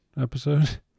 episode